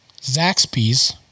Zaxby's